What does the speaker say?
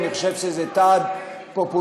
אני חושב שזה צעד פופוליסטי,